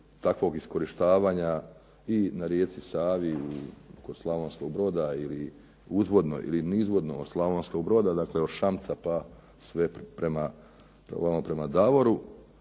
takvog iskorištavanja i na rijeci Savi kod Slavonskog Broda ili uzvodno ili nizvodno od Slavnoskog Broda, dakle od Šamca pa sve prema Davoru